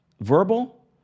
verbal